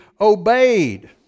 obeyed